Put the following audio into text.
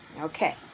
Okay